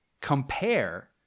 compare